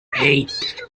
eight